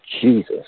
Jesus